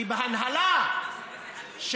כי בהנהלה של